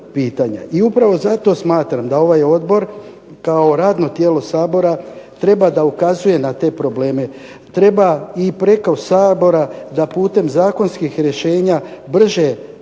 i upravo zato smatram da ovaj Odbor kao radno tijelo Sabora treba da ukazuje na te probleme, treba i preko Sabora da putem zakonskih rješenja brže se